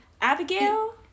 Abigail